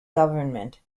government